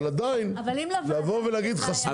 אבל אם לוועדה תהיה בעיה עם זה?